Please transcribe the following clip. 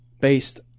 based